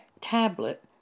tablet